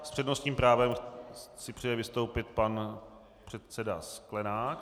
S přednostním právem si přeje vystoupit pan předseda Sklenák.